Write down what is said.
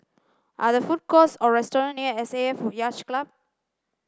are there food courts or restaurants near S A F Yacht Club